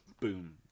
boom